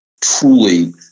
truly